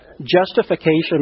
justification